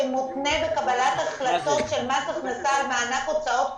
שמותנה בקבלת החלטות של מס הכנסה על מענק הוצאות קבועות.